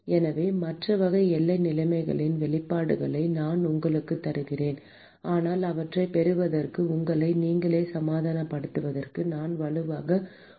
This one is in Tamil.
எனவே மற்ற வகை எல்லை நிலைமைகளுக்கான வெளிப்பாடுகளை நான் உங்களுக்குத் தருகிறேன் ஆனால் அவற்றைப் பெறுவதற்கும் உங்களை நீங்களே சமாதானப்படுத்துவதற்கும் நான் வலுவாக ஊக்குவிக்கிறேன்